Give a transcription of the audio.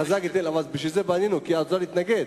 בשביל זה בנינו, כי האוצר התנגד.